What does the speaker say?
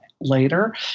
later